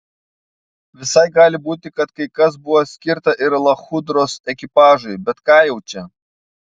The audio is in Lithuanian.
visai gali būti kad kai kas buvo skirta ir lachudros ekipažui bet ką jau čia